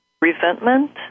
resentment